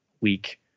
week